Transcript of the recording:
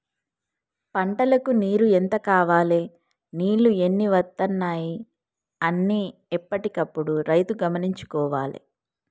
పంటలకు నీరు ఎంత కావాలె నీళ్లు ఎన్ని వత్తనాయి అన్ని ఎప్పటికప్పుడు రైతు గమనించుకోవాలె